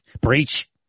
breach